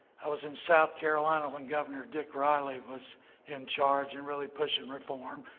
i was in south carolina when governor dick riley was in charge and really pushing reform.